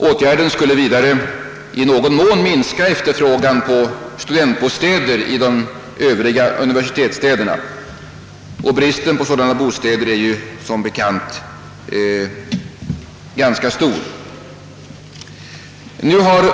Åtgärden skulle vidare i någon mån minska efterfrågan på studentbostäder i de övriga universitetsstäderna — bristen på sådana bostäder är som bekant ganska stor.